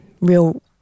real